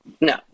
No